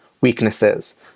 weaknesses